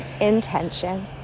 intention